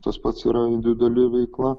tas pats yra individuali veikla